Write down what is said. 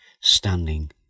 standing